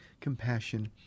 compassion